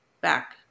back